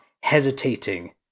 hesitating